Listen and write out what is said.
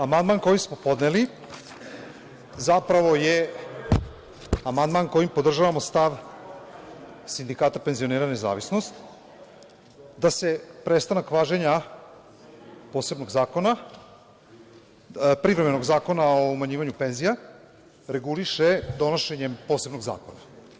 Amandman koji smo podneli zapravo je amandman kojim podržavamo stav Sindikata penzionera Nezavisnost, da se prestanak važenja privremenog Zakona o umanjivanju penzija reguliše donošenjem posebnog zakona.